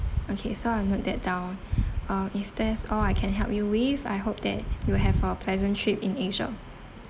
okay so I'll note that down uh if that's all I can help you with I hope that you have a pleasant trip in asia